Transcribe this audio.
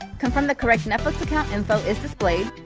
confirm the correct netflix account info is displayed,